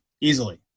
easily